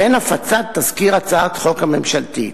בין הפצת תזכיר הצעת חוק הממשלתית